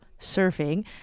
surfing